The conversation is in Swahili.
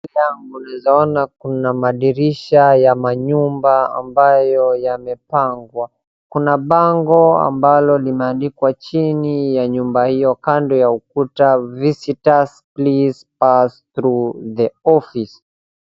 Mbele yangu naeza ona kuna madirisha ya manyumba ambayo yamepangwa. Kuna bango ambalo limeandikwa chini ya nyumba hiyo kando ya ukuta visitors please pass through the office .